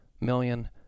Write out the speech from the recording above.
million